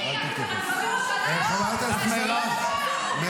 תעשי עסקה, זאת הממשלה שלך, תעשי עסקה.